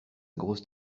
grosse